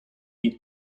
eat